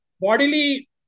bodily